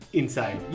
inside